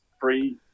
free